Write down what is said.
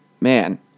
man